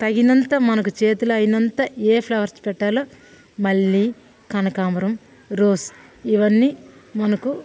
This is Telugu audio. తగినంత మనకు చేతిలో అయినంతే ఏ ఫ్లవర్స్ పెట్టాలో మల్లి కనకాంబరం రోస్ ఇవన్నీ మనకు